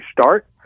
start